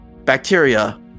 bacteria